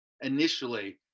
initially